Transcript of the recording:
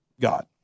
God